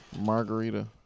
margarita